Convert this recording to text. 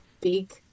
big